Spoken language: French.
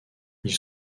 ils